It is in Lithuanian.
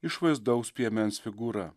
išvaizdaus piemens figūra